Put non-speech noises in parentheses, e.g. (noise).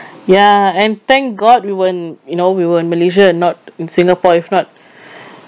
ya and thank god we were in you know we were in malaysia not in singapore if not (breath)